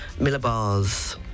millibars